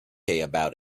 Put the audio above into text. about